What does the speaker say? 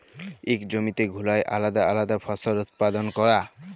ইক জমিতে ঘুরায় আলেদা আলেদা ফসল উৎপাদল ক্যরা